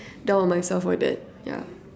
down on myself for that ya